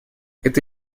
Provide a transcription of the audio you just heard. это